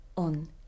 on